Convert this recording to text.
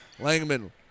Langman